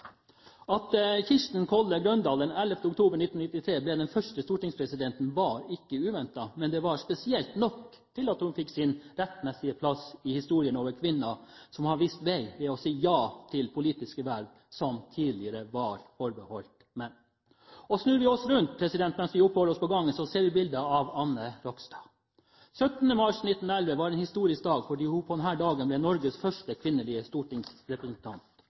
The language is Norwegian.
Kirsti Kolle Grøndahl den 11. oktober 1993 ble den første stortingspresidenten, var ikke uventet, men det var spesielt nok til at hun fikk sin rettmessige plass i historien om kvinner som har vist vei ved å si ja til politiske verv som tidligere var forbeholdt menn. Snur vi oss rundt mens vi oppholder oss på gangen, ser vi bildet av Anna Rogstad. Den 17. mars 1911 var en historisk dag fordi hun denne dagen ble Norges første kvinnelige stortingsrepresentant.